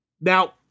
Now